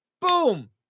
Boom